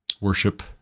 worship